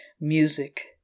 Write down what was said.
Music